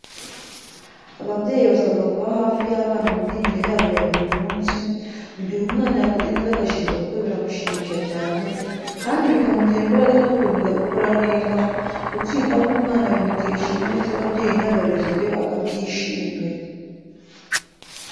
Ababyeyi basabwa kuba hafi y'abana mu myigire yabo ya buri munsi, mu gihe umwana yakoze neza agashimirwa kuko biramushimisha cyane, kandi bikamutera imbaraga zo gukomeza gukora neza, gutsinda k'umwana bimutera ishema ndetse ababyeyi n'abarezi be bakabyishimira.